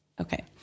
Okay